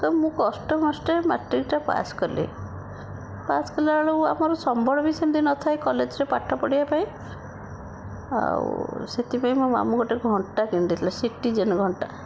ତ ମୁଁ କଷ୍ଟେ ମଷ୍ଟେ ମାଟ୍ରିକଟା ପାସ୍ କଲି ପାସ୍ କଲାବେଳେ ଆମର ସମ୍ବଳ ବି ସେମିତି ନଥାଏ କଲେଜରେ ପାଠ ପଢ଼ିବାପାଇଁ ଆଉ ସେଥିପାଇଁ ମୋ ମାମୁଁ ଗୋଟିଏ ଘଣ୍ଟା କିଣିଦେଲେ ସିଟୀଜେନ ଘଣ୍ଟା